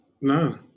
No